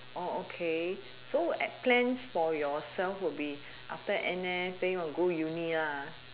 okay so plans for yourself will be after N_S then you want go uni